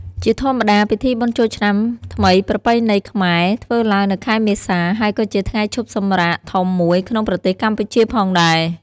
ជាធម្មតា ពិធីបុណ្យចូលឆ្នាំថ្មីប្រពៃណីខ្មែរធ្វើឡើងនៅខែមេសា ហើយក៏ជាថ្ងៃឈប់សម្រាកធំមួយក្នុងប្រទេសកម្ពុជាផងដែរ។